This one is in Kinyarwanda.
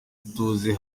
ituze